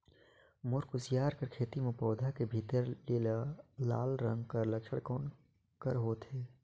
मोर कुसियार कर खेती म पौधा के भीतरी लाल रंग कर लक्षण कौन कर होथे?